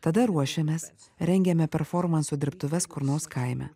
tada ruošiamės rengiame performanso dirbtuves kur nors kaime